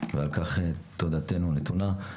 ועל כך תודתנו נתונה.